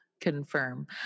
confirm